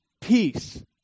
peace